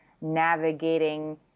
navigating